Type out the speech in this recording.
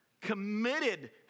committed